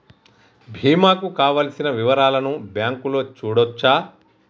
బీమా కు కావలసిన వివరాలను బ్యాంకులో చూడొచ్చా?